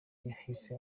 yahise